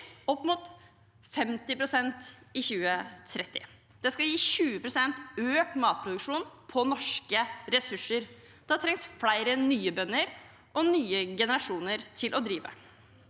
oppimot 50 pst. i 2030. Det skal gi 20 pst. økt matproduksjon på norske ressurser. Da trengs det flere nye bønder og nye generasjoner til å drive.